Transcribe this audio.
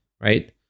right